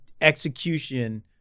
execution